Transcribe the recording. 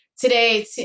today